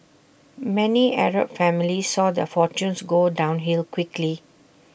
many Arab families saw their fortunes go downhill quickly